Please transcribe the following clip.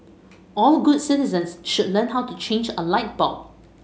all good citizens should learn how to change a light bulb